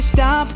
Stop